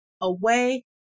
away